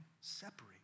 separate